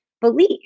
belief